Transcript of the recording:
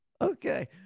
Okay